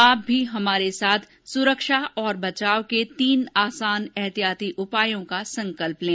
आप भी हमारे साथ सुरक्षा और बचाव के तीन आसान एहतियाती उपायों का संकल्प लें